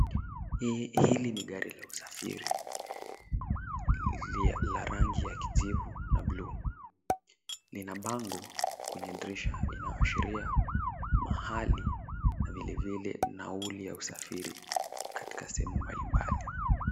Hili ni gari la usafiri la rangi ya kijivu na buluu. Lina bango kwenye dirisha inaashiria mahali na vilevile nauli ya usafiri katika sehemu mbalimbali.